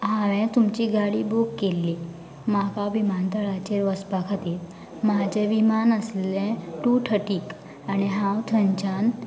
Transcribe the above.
हांयेन तुमची गाडी बूक केल्ली म्हाका विमानतळाचेर वचपा खातीर म्हाजें विमान आशिल्लें टू थटीक आनी हांव थंयच्यान